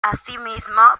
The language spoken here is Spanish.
asimismo